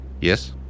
yes